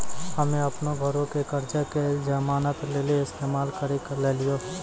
हम्मे अपनो घरो के कर्जा के जमानत लेली इस्तेमाल करि लेलियै